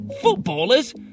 Footballers